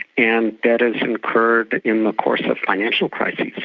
and debt is incurred in the course of financial crises,